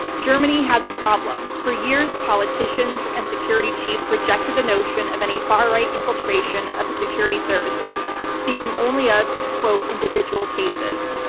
germany has a problem. for years, politicians and security chiefs rejected the notion of any far-right infiltration of the security services, speaking only of, individual cases.